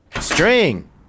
String